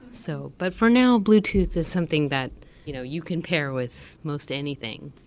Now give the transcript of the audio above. so but for now, bluetooth is something that you know you can pair with most anything,